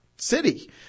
City